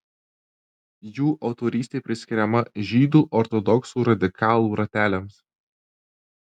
jų autorystė priskiriama žydų ortodoksų radikalų rateliams